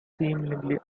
seemingly